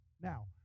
Now